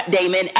Damon